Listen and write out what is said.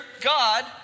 God